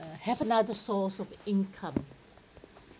uh have another source of income